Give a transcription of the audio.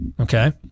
Okay